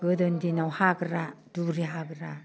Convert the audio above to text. गोदोनि दिनाव हाग्रा दुब्रि हाग्रा